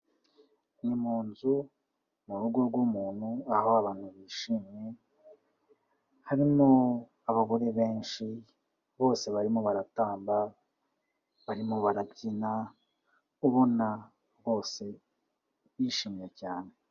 Ni mu nzu, mu rugo rw'umuntu aho abantu bishimye. Harimo abagore benshi, bose barimo baratamba, barimo barabyina, ubona bose bishimye cyane.